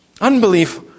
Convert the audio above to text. Unbelief